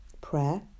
Prayer